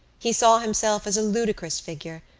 he saw himself as a ludicrous figure,